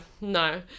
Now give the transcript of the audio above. no